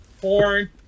porn